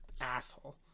asshole